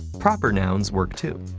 proper nouns work, too.